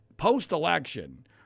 post-election